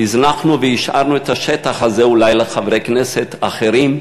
הזנחנו והשארנו את השטח הזה אולי לחברי כנסת אחרים,